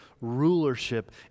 rulership